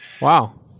Wow